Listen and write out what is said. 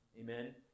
Amen